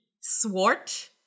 swart